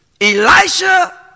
Elisha